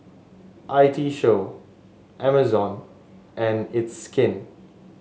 I T Show Amazon and It's Skin